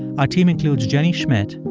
our team includes jenny schmidt,